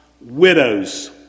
widows